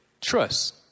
Trust